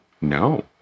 No